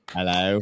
Hello